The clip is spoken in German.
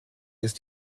ist